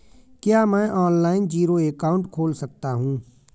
क्या मैं online zero account खोल सकता हूँ?